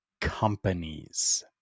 companies